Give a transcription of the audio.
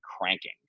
cranking